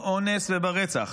באונס וברצח,